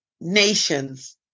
Nations